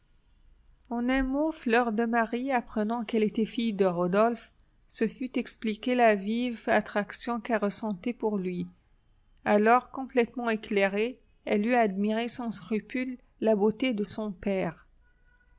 en un mot fleur de marie apprenant qu'elle était fille de rodolphe se fût expliqué la vive attraction qu'elle ressentait pour lui alors complètement éclairée elle eût admiré sans scrupule la beauté de son père